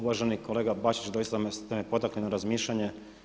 Uvaženi kolega Bačić, doista ste me potakli na razmišljanje.